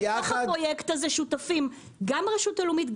בתוך הפרויקט הזה שותפים: הרשות הלאומית,